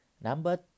number